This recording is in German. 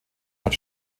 hat